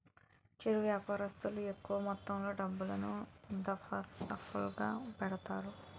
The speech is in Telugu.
చిరు వ్యాపారస్తులు తక్కువ మొత్తంలో డబ్బులను, దఫాదఫాలుగా పెడతారు